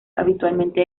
habitualmente